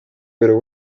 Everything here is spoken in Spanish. pero